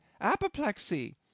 Apoplexy